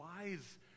wise